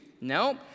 no